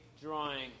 drawing